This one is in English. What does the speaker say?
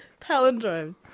Palindrome